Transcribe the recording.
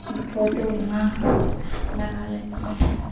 photo बना लगा लेते हैं